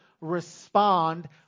respond